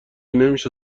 نمیشه